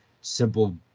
simple